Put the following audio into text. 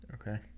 Okay